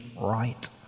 right